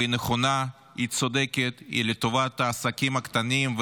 והיא נכונה, היא צודקת, היא לטובת העסקים הקטנים.